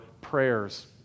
prayers